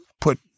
put